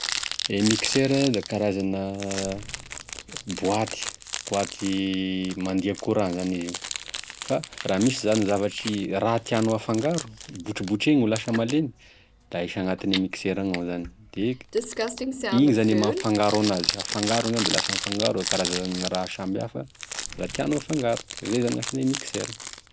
E mixera da karazana boaty, boaty mandeha courant zany izy io, fa raha misy zany zavatry raha tianao hafangaro, botribotregny ho lasa malemy da ahisy agnatin'e mixera agny ao zany, de igny zany e mampifangaro anazy, hafangaro da lasa mifangaro e karazan'e raha samihafa raha tianao hafangaro, izay zany gn'asagne mixera.